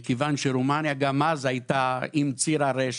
רומניה גם אז הייתה עם ציר הרשע,